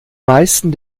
meisten